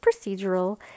procedural